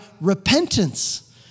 repentance